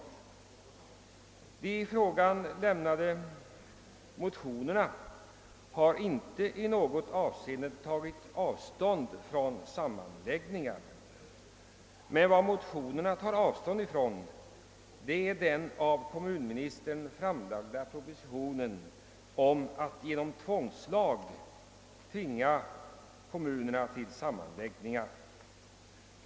De i frågan lämnade motionerna har inte i något avseende tagit avstånd från sammanläggningar. Vad motionärerna tar avstånd från är det av kommunikationsministern framlagda förslaget att kommunerna genom tvångslag skall tvingas till sammanläggningar.